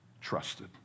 trusted